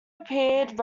appeared